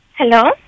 Hello